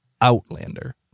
outlander